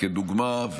לדוגמה,